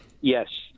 Yes